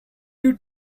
you